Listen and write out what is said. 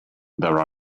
there